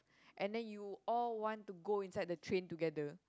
and then you all want to go inside the train together